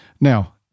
Now